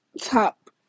top